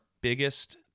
biggest